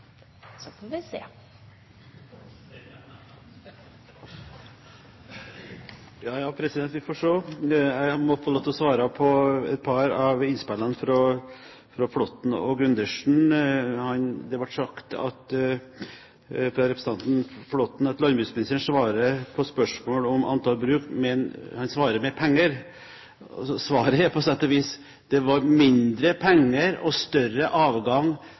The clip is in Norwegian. Så får vi se. Ja, ja, vi får se, president. Jeg må få lov til å svare på et par av innspillene, fra Flåtten og Gundersen. Representanten Flåtten sa at landbruksministeren svarer på spørsmål om antall bruk, men at han svarer med penger. Svaret er på sett og vis: Det var mindre penger og større avgang